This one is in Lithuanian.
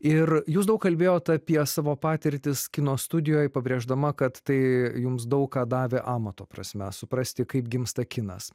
ir jūs daug kalbėjote apie savo patirtis kino studijoje pabrėždama kad tai jums daug ką davė amato prasme suprasti kaip gimsta kinas